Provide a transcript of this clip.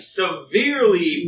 severely